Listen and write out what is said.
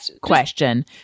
Question